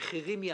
המחירים יעלו,